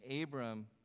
Abram